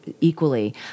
equally